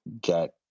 get